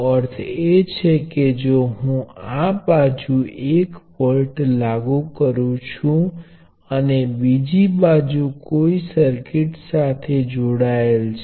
પ્ર્વાહ શાખા જે ખરેખર શોર્ટ સર્કિટ છે